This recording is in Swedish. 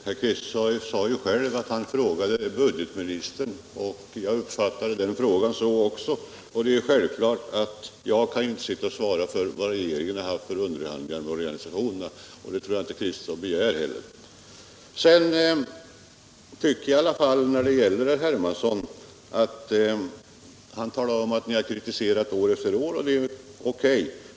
Herr talman! Herr Kristenson angav nu själv att han frågade budgetministern. Jag uppfattade det hela så också, och det är självklart att jag inte kan svara för vad regeringen haft för underhandlingar med organisationerna. Jag tror inte heller att herr Kristenson begär det. Herr Hermansson talar om att ni har kritiserat år efter år, och det är ju OK.